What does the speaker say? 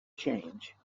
change